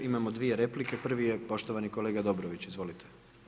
Imamo dvije replike, prvi je poštovani kolega Dobrović, izvolite.